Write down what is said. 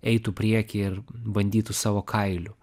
eitų priekyje ir bandytų savo kailiu